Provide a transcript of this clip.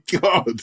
God